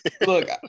look